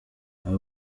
aba